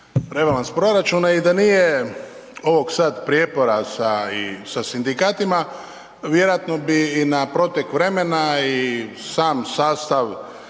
rebalans proračuna i da nije ovog sad prijepora, sa i sa sindikatima vjerojatno bi i na protek vremena i sam sastav